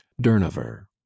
durnover